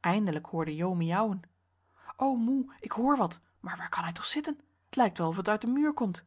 eindelijk hoorde jo miauwen o moe ik hoor wat maar waar kan hij toch zitten t lijkt wel of het uit den muur komt